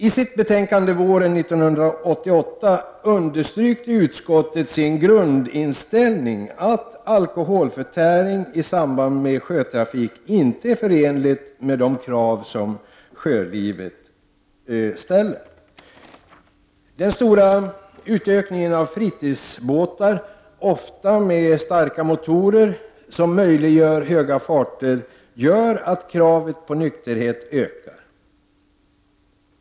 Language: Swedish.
I sitt betänkande våren 1988 underströk utskottet sin grundinställning, att alkoholförtäring i samband med sjötrafik inte är förenlig med de krav som sjölivet ställer. Den stora ökningen av antalet fritidsbåtar, ofta med starka motorer som möjliggör höga farter, gör att kravet på nykterhet ökar.